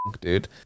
dude